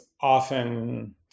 often